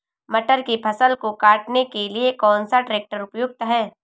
मटर की फसल को काटने के लिए कौन सा ट्रैक्टर उपयुक्त है?